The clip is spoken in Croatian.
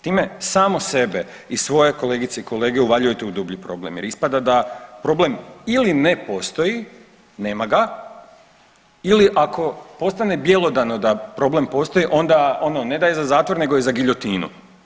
Time samo sebe i svoje kolegice i kolege uvaljujete u dublji problem jer ispada da problem ili ne postoji, nema ga ili ako postane bjelodano da problem postoji onda ono ne da je za zatvor nego je za giljotinu.